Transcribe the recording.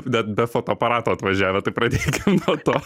net be fotoaparato atvažiavę tai pradėkim nuo to